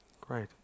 Great